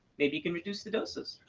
maybe you can reduce the doses.